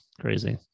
Crazy